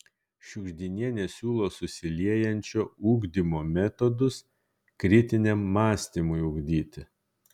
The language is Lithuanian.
šiugždinienė siūlo susiliejančio ugdymo metodus kritiniam mąstymui ugdyti